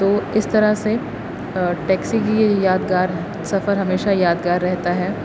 تو اس طرح سے ٹیکسی کی یادگار ہے سفر ہمیشہ یادگار رہتا ہے